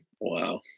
Wow